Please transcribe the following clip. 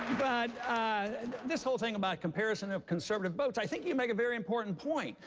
but this whole thing about comparison of conservative votes, i think you make a very important point.